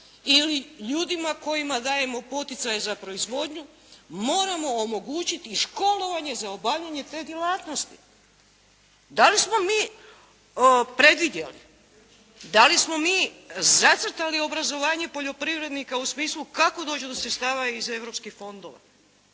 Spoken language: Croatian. ili ljudima kojima dajemo poticaje za proizvodnju moramo omogućiti školovanje za obavljanje te djelatnosti. Da li smo mi predvidjeli, da li smo mi zacrtali obrazovanje poljoprivrednika u smislu kako doći do sredstava iz Europskih fondova?